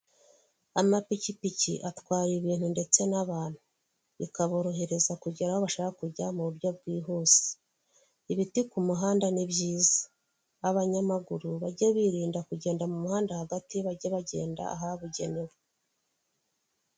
Amapikipiki atwara ibintu ndetse n'abantu bikaborohereza kugera aho bashaka kujya mu buryo bwihuse, ibiti ku muhanda ni byiza, abanyamaguru bage birinda kugenda mu muhanda hagati bage bagenda ahabugenewe.